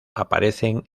aparecen